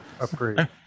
upgrade